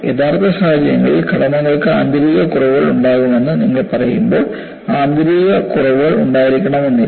യഥാർത്ഥ സാഹചര്യങ്ങളിൽ ഘടനകൾക്ക് ആന്തരിക കുറവുകൾ ഉണ്ടാകുമെന്ന് നിങ്ങൾ പറയുമ്പോൾ ആന്തരിക കുറവുകൾ ഒന്നായിരിക്കണമെന്നില്ല